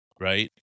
right